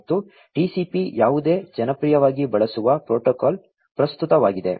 ಮತ್ತು TCP ಯಾವುದು ಜನಪ್ರಿಯವಾಗಿ ಬಳಸುವ ಪ್ರೋಟೋಕಾಲ್ ಪ್ರಸ್ತುತವಾಗಿದೆ